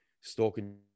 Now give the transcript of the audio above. stalking